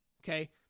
okay